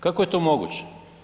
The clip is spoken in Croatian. Kako je to moguće?